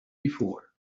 before